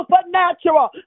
Supernatural